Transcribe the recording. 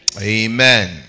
Amen